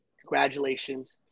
congratulations